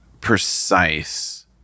precise